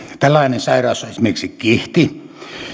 tällainen sairaus on esimerkiksi kihti